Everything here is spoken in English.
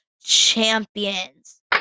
champions